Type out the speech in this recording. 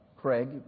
Craig